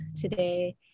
today